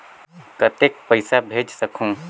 कतेक पइसा भेज सकहुं?